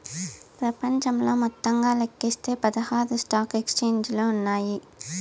ప్రపంచంలో మొత్తంగా లెక్కిస్తే పదహారు స్టాక్ ఎక్స్చేంజిలు ఉన్నాయి